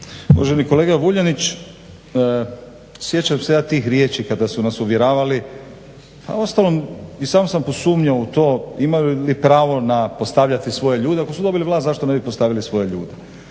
Uvaženi kolega Vuljanić sjećam se ja tih riječi kada su nas uvjeravali, a uostalom i sam sam posumnjao u to ima li pravo postavljati svoje ljude, ako su dobili vlast zašto ne bi postavili svoje ljude.